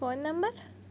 phone number